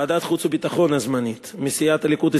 ועדת החוץ והביטחון הזמנית: מסיעת הליכוד,